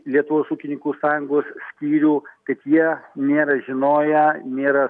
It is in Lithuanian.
lietuvos ūkininkų sąjungos skyrių kad jie nėra žinoję nėra